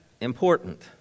important